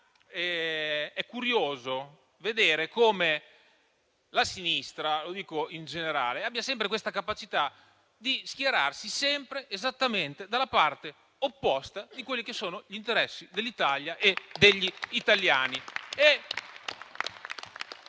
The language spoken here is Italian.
è curioso vedere come la sinistra, in generale, abbia sempre la capacità di schierarsi esattamente dalla parte opposta rispetto agli interessi dell'Italia e degli italiani.